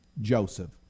Joseph